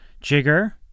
Jigger